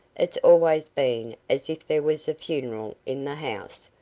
it's always been as if there was a funeral in the house.